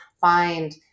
find